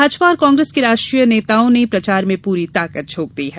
भाजपा और कांग्रेस के राष्ट्रीय नेताओं ने प्रचार में पूरी ताकत झोंक दी है